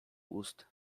ust